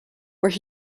where